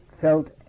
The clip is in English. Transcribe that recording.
felt